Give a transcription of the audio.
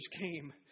came